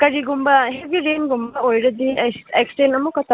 ꯀꯔꯤꯒꯨꯝꯕ ꯍꯦꯕꯤ ꯔꯦꯟꯒꯨꯝꯕ ꯑꯣꯏꯔꯗꯤ ꯑꯦꯛꯁꯇꯦꯟ ꯑꯃꯨꯛꯀ ꯇꯧ